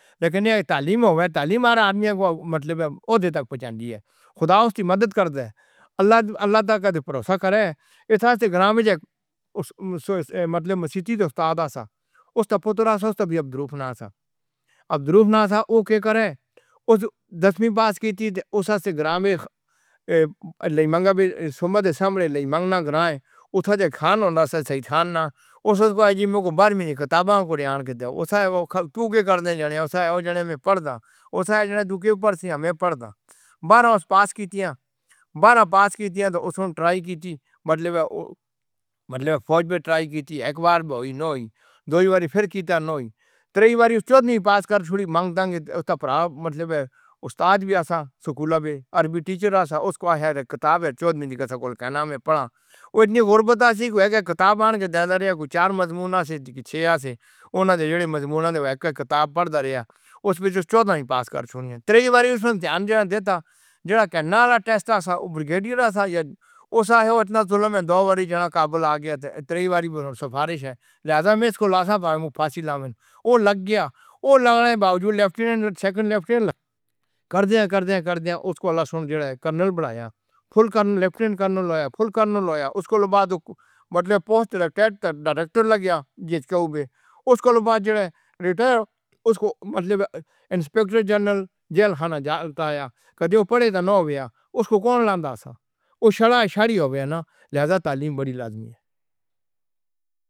لیکن یہ تعلیم اوہ میں تعلیم۔ آدمی مطلب ہوتے تک پہنچ جاتی ہے۔ خدا اُسے مدد کرتا ہے۔ اللہ، اللہ کا بھروسہ کریں۔ اِس گِرانی مطلب مسجدی اُستاد سا اُسے پُتر عبدالروف ناز عبدالروف ناز وو کرے اُس دسویں پاس کیِتی تو سے گرامیہ۔ لئی منگوا بھی۔ سومواتی سمرے لئی منگانا گرامین خانوں کا س्थان نا اُس بار میں خطابوں کو ڈال کر دے۔ اُسے پُکار دے نے۔ اُسے پڑھدا۔ اُسے کے اوپر سے ہمیں پڑھتا۔ بار وارس پاس کی تھیا۔ بارہ پاس کی تھی تو اُسکو ٹرائی کی تھی۔ مطلب مطلب فوج میں ٹرائی کی تھی۔ ایک بار وہی نہیں دو ہی باری پھر کی تھی۔ نو ہی تیری باری چودہویں پاس کر چُکی مانگتا ہے اُس پر مطلب اُستاد بھی سکول میں عربی ٹیچر کی کتاب چودہویں میں ہی پڑھا تھا۔ اِتنی غریبی تھی کہ کتابیں چار مجموعوں سے چھ اُنہوں نے مجموع کتاب پڑھ رہے ہیں۔ اُس میں سے چودہویں پاس کر چُنی تیری باری دھیان دیتا۔ جو کہنے والا ٹیسٹ ہے ساتھ بریگیڈیئر۔ ساتھ اِتنا زور دو باری قابل آ گیا تھے۔ تیری باری پر سفارش ہے، لہٰذا سکول میں پھانسی لگا۔ وو لگ گیا۔ وو لگݨے کے باوجود لیفٹیننٹ سیکنڈ لیفٹیننٹ کر دِیا۔ کر دِیا، کر دِیا۔ اُس کے بعد جو کرنل بنایا، فل لیفٹیننٹ کرنل ہے، فل کرنل ہے اُس کے بعد مطلب پوسٹ ڈائریکٹر لگ گیا۔ جسکو اُس کے بعد ریٹائر اُسکو۔ مطلب انسپکٹر جنرل جیلخانہ جاتا ہے کدیوں پڑے تو نو ہُوا اُسکو کون لاتا؟ سن او شاہی ہویا نا لہٰذا تعلیم بڑی لازمی۔